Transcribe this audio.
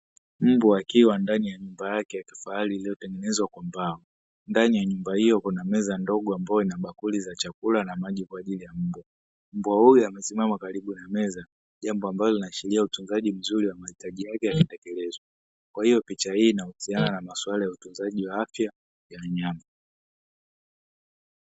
Mbwa akiwa ndani ya nyumba yake kafahari iliyotengenezwa kwa mbao. Ndani ya nyumba hiyo kuna meza ndogo ambayo inabakuli za chakula na maji kwa ajili ya mbwa. Mbwa huyu amesimama karibu na meza jambo ambalo linaashiria utunzaji mzuri wa mahitaji yake ya kitekelezwa. Kwa hiyo picha hii inahusiana na maswala ya utunzaji wa afya ya wanyama.